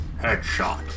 Headshot